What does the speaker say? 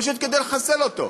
פשוט כדי לחסל אותו.